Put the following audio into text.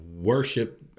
worship